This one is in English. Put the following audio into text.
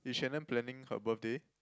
is Shannon planning her birthday